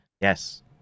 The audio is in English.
Yes